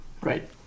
Right